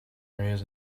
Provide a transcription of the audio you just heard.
areas